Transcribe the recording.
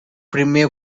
primer